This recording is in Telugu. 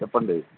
చెప్పండి